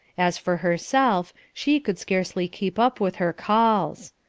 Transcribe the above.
as for herself she could scarcely keep up with her calls.